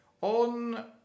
On